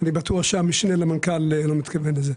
אני בטוח שהמשנה למנכ"ל לא מתכוון לזה.